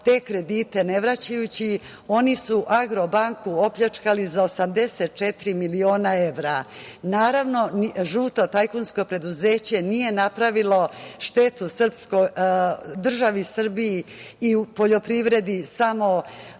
te kredite ne vraćajući, oni su „Agrobanku“ opljačkali za 84 miliona evra. Naravno, žuto tajkunsko preduzeće nije napravilo štetu državi Srbiji i u poljoprivredi samo